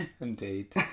Indeed